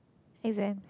exam